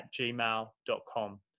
gmail.com